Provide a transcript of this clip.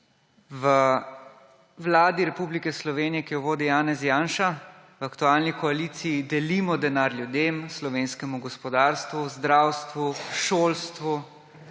V Vladi Republike Slovenije, ki jo vodi Janez Janša, v aktualni koaliciji delimo denar ljudem, slovenskemu gospodarstvu, zdravstvu, šolstvu,